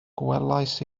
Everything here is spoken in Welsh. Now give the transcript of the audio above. gwelais